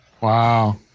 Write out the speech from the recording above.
wow